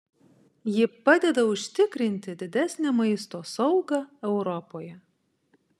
ji padeda užtikrinti didesnę maisto saugą europoje